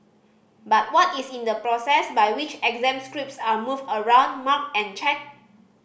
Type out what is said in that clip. but what is in the process by which exam scripts are moved around marked and checked